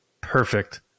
Perfect